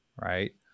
Right